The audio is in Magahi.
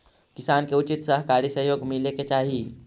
किसान के उचित सहकारी सहयोग मिले के चाहि